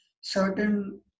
certain